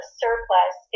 surplus